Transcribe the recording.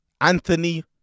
Anthony